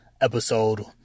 episode